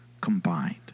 combined